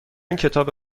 کتاب